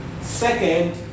Second